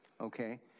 Okay